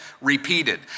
repeated